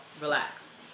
Relax